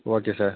okay sir